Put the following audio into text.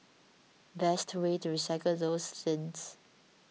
best way to recycle those tins